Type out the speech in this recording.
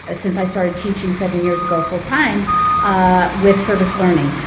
ah since i started teaching seven years ago full time with service learning.